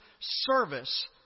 service